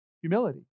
Humility